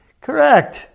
correct